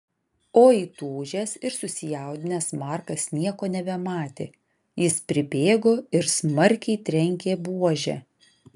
o įtūžęs ir susijaudinęs markas nieko nebematė jis pribėgo ir smarkiai trenkė buože